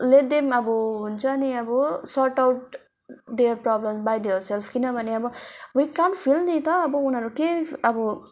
late them अब हुन्छ नि अब sort out their problems by their self किनभने अब वी कान्ट फिल नि त अब उनीहरू के अब